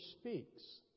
speaks